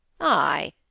Aye